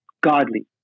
Godly